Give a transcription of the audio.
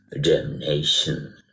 damnation